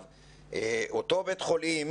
אותו בית חולים,